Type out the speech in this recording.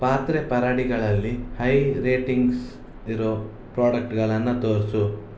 ಪಾತ್ರೆ ಪರಡಿಗಳಲ್ಲಿ high ratings ಇರೋ ಪ್ರಾಡಕ್ಟುಗಳನ್ನು ತೋರಿಸು